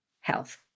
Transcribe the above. health